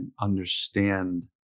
understand